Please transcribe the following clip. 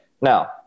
now